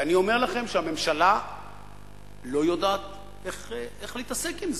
אני אומר לכם שהממשלה לא יודעת איך להתעסק עם זה.